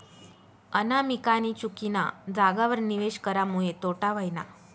अनामिकानी चुकीना जागावर निवेश करामुये तोटा व्हयना